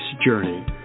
journey